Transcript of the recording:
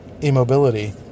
immobility